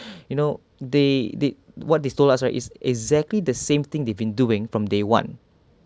you know they did what they told us right it's exactly the same thing they've been doing from day one